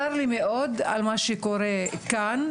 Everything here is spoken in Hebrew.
צר לי מאוד על מה שקורה כאן,